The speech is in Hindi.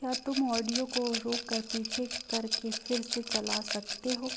क्या तुम ऑडियो को रोक कर पीछे कर के फिर से चला सकते हो